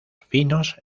finos